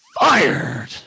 FIRED